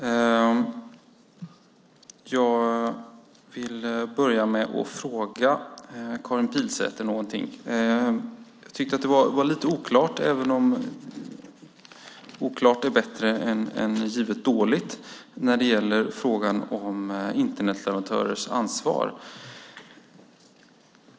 Herr talman! Jag vill börja med att fråga Karin Pilsäter någonting. Jag tyckte att det var lite oklart, även om oklart är bättre än givet dåligt, när det gällde frågan om Internetleverantörers ansvar.